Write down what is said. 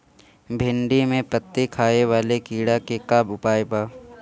भिन्डी में पत्ति खाये वाले किड़ा के का उपाय बा?